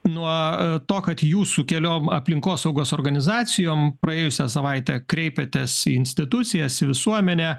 nuo to kad jūs su keliom aplinkosaugos organizacijom praėjusią savaitę kreipėtės į institucijas į visuomenę